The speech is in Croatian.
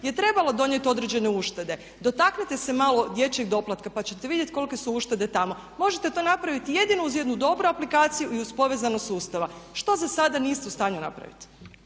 je trebala donijeti određene uštede. Dotaknite se malo dječjeg doplatka pa ćete vidjeti kolike su uštede tamo. Možete to napraviti jedino uz jednu dobru aplikaciju i uz povezanost sustava što zasada niste u stanju napraviti.